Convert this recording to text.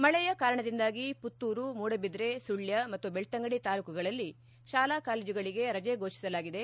ಮಳೆಯ ಕಾರಣದಿಂದಾಗಿ ಪುತ್ತೂರು ಮೂಡಬಿದ್ರೆ ಸುಳ್ಯ ಮತ್ತು ಬೆಳ್ತಂಗಡಿ ತಾಲೂಕುಗಳಲ್ಲಿ ತಾಲಾ ಕಾಲೇಜುಗಳಲ್ಲಿ ರಜೆ ಫೋಷಿಸಲಾಗಿದೆ